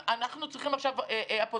ואומרים: אנחנו צריכים עכשיו אפוטרופוס.